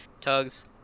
Tugs